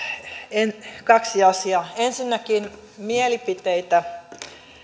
kaksi asiaa ensinnäkin mielipiteitä